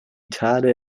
thale